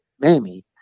Mamie